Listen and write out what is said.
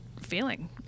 feeling